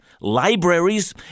libraries